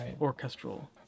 orchestral